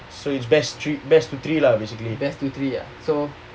so it's best three best to three basically